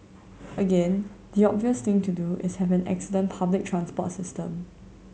again the obvious thing to do is have an excellent public transport system